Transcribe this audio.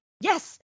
Yes